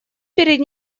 перед